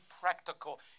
practical